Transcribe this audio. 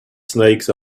snakes